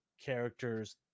characters